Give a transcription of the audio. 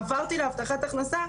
עברתי להבטחת הכנסה,